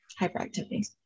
hyperactivity